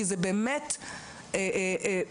כי זה באמת בדמו.